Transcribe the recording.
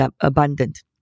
abundant